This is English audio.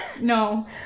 No